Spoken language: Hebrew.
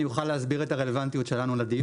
אני אוכל להסביר את הרלוונטיות שלנו לדיון.